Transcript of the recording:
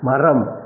மரம்